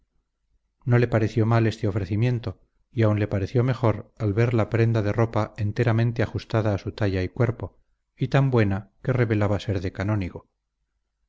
no le pareció mal este ofrecimiento y aún le pareció mejor al ver la prenda de ropa enteramente ajustada a su talla y cuerpo y tan buena que revelaba ser de canónigo